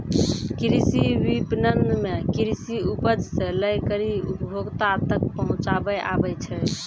कृषि विपणन मे कृषि उपज से लै करी उपभोक्ता तक पहुचाबै आबै छै